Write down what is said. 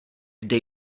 kde